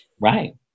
Right